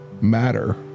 matter